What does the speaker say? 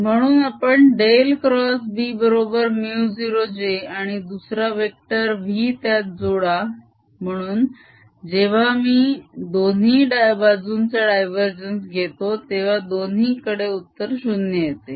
म्हणून आपण del cross b बरोबर μ0 j आणि दुसरा वेक्टर v त्यात जोडा म्हणून जेव्हा मी दोन्ही बाजूंचा डायवरजेन्स घेतो तेव्हा दोन्ही कडे उत्तर 0 येते